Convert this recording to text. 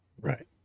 Right